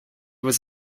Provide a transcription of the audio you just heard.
was